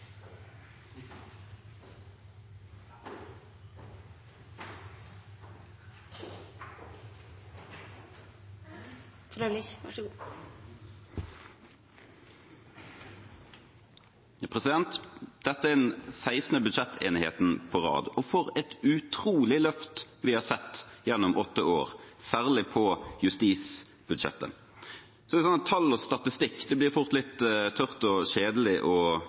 den 16. budsjettenigheten på rad, og for et utrolig løft vi har sett gjennom åtte år, særlig på justisbudsjettet. Så er det sånn at tall og statistikk fort blir litt tørt og